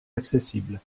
accessible